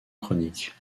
chronique